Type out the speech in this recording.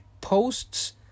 posts